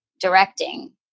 directing